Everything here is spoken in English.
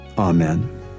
Amen